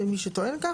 למי שטוען כך?